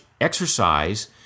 exercise